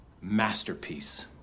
masterpiece